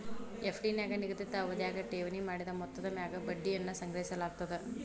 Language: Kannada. ಎಫ್.ಡಿ ನ್ಯಾಗ ನಿಗದಿತ ಅವಧ್ಯಾಗ ಠೇವಣಿ ಮಾಡಿದ ಮೊತ್ತದ ಮ್ಯಾಗ ಬಡ್ಡಿಯನ್ನ ಸಂಗ್ರಹಿಸಲಾಗ್ತದ